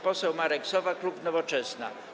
Poseł Marek Sowa, klub Nowoczesna.